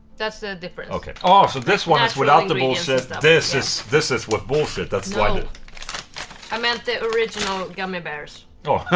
that's the difference oh, ah so this one is without the bullshit this is this is with bullshit, that's why no i meant the original gummy bears